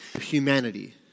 Humanity